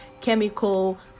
chemical